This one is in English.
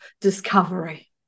discovery